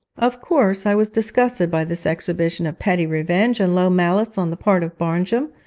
of course i was disgusted by this exhibition of petty revenge and low malice on the part of barnjum,